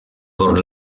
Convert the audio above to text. por